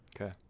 Okay